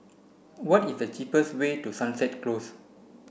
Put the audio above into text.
what is the cheapest way to Sunset Close